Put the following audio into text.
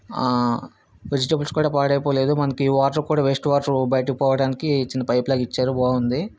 vegetables కూడా పాడైపోలేదు మనకి వాటర్ కూడా వేస్ట్ వాటర్ కూడా బయటికి పోవడానికి చిన్న పైపులాగా ఇచ్చారు బాగుంది